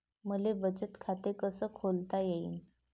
मले बचत खाते कसं खोलता येईन?